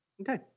Okay